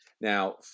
Now